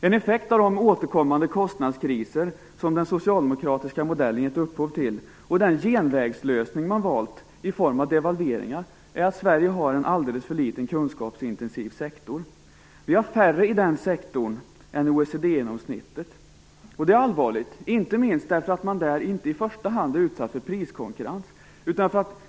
En effekt av de återkommande kostnadskriser som den socialdemokratiska modellen gett upphov till och den genvägslösning man valt i form av devalveringar är att Sverige har en alldeles för liten kunskapsintensiv sektor. Vi har färre i den sektorn än OECD genomsnittet. Det är allvarligt, inte minst därför att man där inte i första hand är utsatt för priskonkurrens.